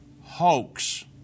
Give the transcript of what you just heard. hoax